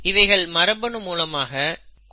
இவைகள் மரபணு மூலமாக குறியிடப்பட்டிருக்கும்